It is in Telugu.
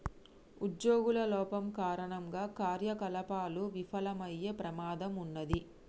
ఉజ్జోగుల లోపం కారణంగా కార్యకలాపాలు విఫలమయ్యే ప్రమాదం ఉన్నాది